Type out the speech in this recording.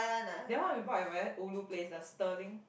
that one we bought at very ulu place the sterling